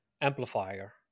amplifier